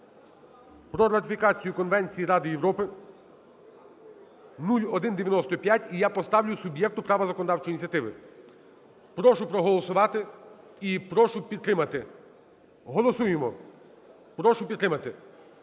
про ратифікацію Конвенції Ради Європи (0195), і я поставлю: суб'єкту права законодавчої ініціативи. Прошу проголосувати і прошу підтримати. Голосуємо, прошу підтримати,